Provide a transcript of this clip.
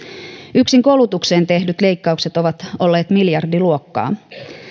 yksin koulutukseen tehdyt leikkaukset ovat olleet miljardiluokkaa